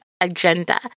agenda